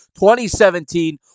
2017